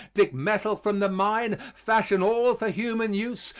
dig metal from the mine, fashion all for human use,